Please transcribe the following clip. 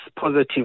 positive